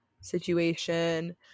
situation